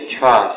trust